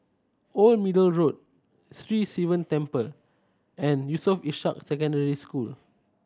Old Middle Road Sri Sivan Temple and Yusof Ishak Secondary School